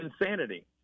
insanity